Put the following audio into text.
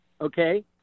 okay